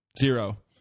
Zero